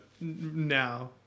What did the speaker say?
now